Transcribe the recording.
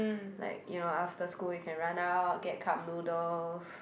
like you know after school you can run out get cup noodles